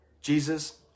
Jesus